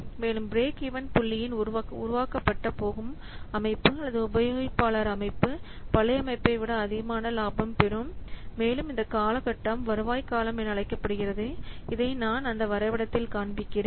மேலும் பிரேக்வென் புள்ளியின் உருவாக்கப்பட போகும் அமைப்பு அல்லது உபயோகிப்பாளர்கள் அமைப்பு பழைய அமைப்பை விட அதிகமான லாபம் பெறும் மேலும் இந்த காலகட்டம் வருவாய் காலம் என அழைக்கப்படுகிறது இதை நான் அந்த வரைபடத்தில் காண்பிக்கிறேன்